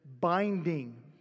binding